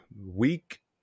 week